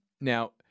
Now